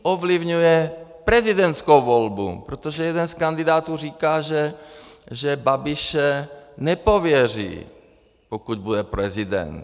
Ovlivňuje i prezidentskou volbu, protože jeden z kandidátů říká, že Babiše nepověří, pokud bude prezident.